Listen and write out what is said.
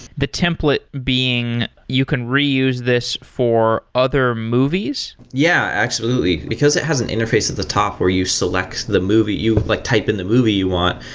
the template being you can reuse this for other movies? yeah, absolutely, because it has an interface at the top where you select the movie you like type in the movie you want.